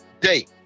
day